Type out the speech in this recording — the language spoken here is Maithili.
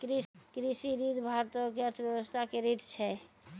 कृषि ऋण भारतो के अर्थव्यवस्था के रीढ़ छै